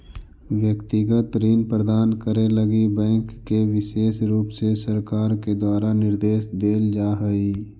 व्यक्तिगत ऋण प्रदान करे लगी बैंक के विशेष रुप से सरकार के द्वारा निर्देश देल जा हई